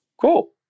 Cool